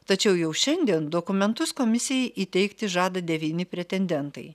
tačiau jau šiandien dokumentus komisijai įteikti žada devyni pretendentai